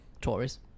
Tories